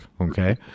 Okay